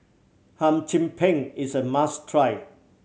Hum Chim Peng is a must try